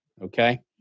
okay